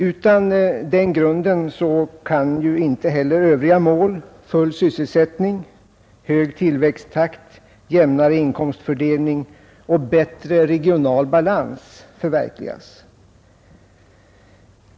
Utan den grunden kan inte heller övriga mål, såsom full sysselsättning, hög tillväxttakt, jämnare inkomstfördelning och bättre regional balans, förverkligas.